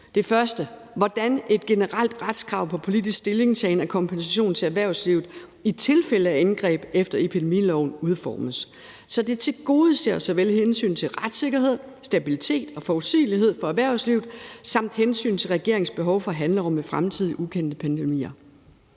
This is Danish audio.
det første hvordan et generelt retskrav på politisk stillingtagen til kompensation til erhvervslivet i tilfælde af indgreb efter epidemiloven udformes, så det tilgodeser hensynet til retssikkerhed, stabilitet og forudsigelighed for erhvervslivet samt hensynet til regeringens behov for handlerum i fremtidige ukendte pandemier.